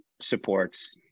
supports